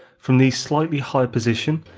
from this slightly higher position,